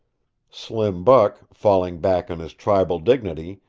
slim buck, falling back on his tribal dignity,